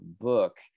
book